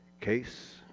case